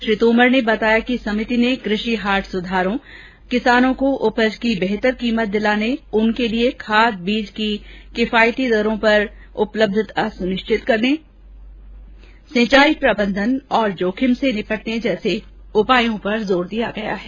श्री तोमर ने बताया कि समिति ने कृषि हाट सुधारों किसानों को उपज के बेहतर कीमत दिलाने उनके लिए खाद बीज वगैरह किफायती दरों पर मुहैया कराने सिचाई प्रबंधन और जोखिम से निपटने जैसे उपायों पर जोर दिया है